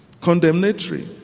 Condemnatory